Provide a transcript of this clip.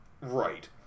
Right